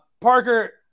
Parker